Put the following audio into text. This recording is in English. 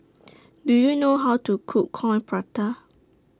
Do YOU know How to Cook Coin Prata